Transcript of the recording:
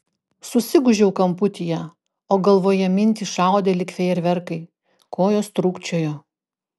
susigūžiau kamputyje o galvoje mintys šaudė lyg fejerverkai kojos trūkčiojo